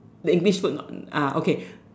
the English food not uh okay